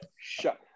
shut